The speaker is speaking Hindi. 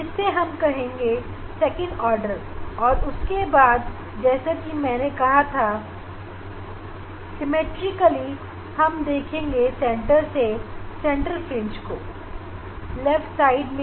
जैसे हम इसे से दूसरा आर्डर बोल रहे हैं इसी प्रकार से केंद्रित के मैक्सिमा की दूसरी और हमें ऐसा ही दूसरा आर्डर मिलेगा यहां से हम कह सकते हैं कि यह केंद्र के दोनों और एक समान है